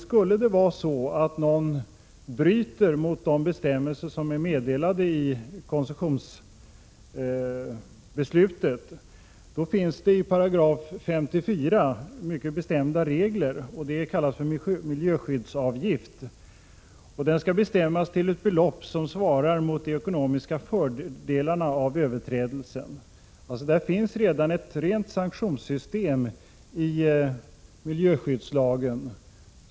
Skulle någon bryta mot bestämmelserna i koncessionsbeslutet, då tillämpas mycket bestämda regler om s.k. miljöskyddsavgift i 54 §. Avgiften skall bestämmas till ett belopp som motsvarar de ekonomiska fördelarna av överträdelsen. Det finns redan ett rent sanktionssystem i miljöskyddslagen.